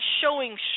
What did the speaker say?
showing